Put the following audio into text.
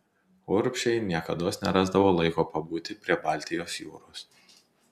urbšiai niekados nerasdavo laiko pabūti prie baltijos jūros